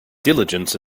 diligence